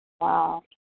wow